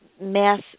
mass